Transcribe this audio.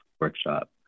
workshop